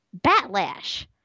Batlash